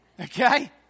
Okay